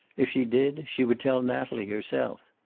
if she did, she would tell natalie herself.